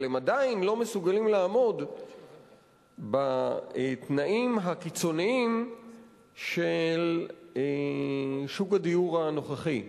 אבל הם עדיין לא מסוגלים לעמוד בתנאים הקיצוניים של שוק הדיור הנוכחי.